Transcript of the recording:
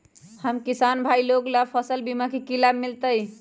हम किसान भाई लोग फसल बीमा के लाभ मिलतई?